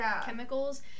chemicals